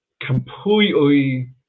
completely